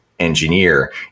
Engineer